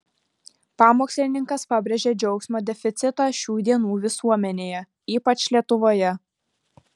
pamokslininkas pabrėžė džiaugsmo deficitą šių dienų visuomenėje ypač lietuvoje